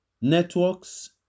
networks